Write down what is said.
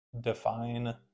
define